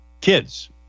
kids